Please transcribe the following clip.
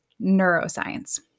neuroscience